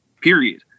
period